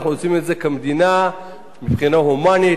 אנחנו עושים את זה כמדינה מבחינה הומנית,